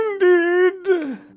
Indeed